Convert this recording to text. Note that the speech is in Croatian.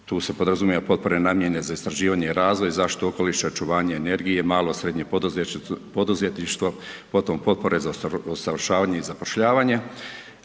tu se podrazumijevaju potpore namjene za istraživanje i razvoj, zaštitu okoliša, očuvanje energije, malo i srednje poduzetništvo, potom potpore za usavršavanje i zapošljavanje.